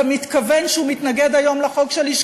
ומתכוון שהוא מתנגד היום לחוק שלי,